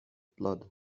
blood